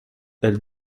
elle